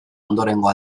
ondorengo